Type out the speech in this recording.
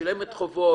שילם את חובו,